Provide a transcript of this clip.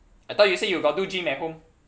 I thought you say you got do gym at home